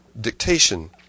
dictation